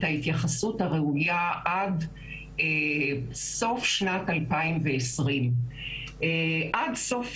ההתייחסות הראויה עד לסוף שנת 2020. עד סוף